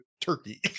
Turkey